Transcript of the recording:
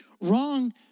Wrong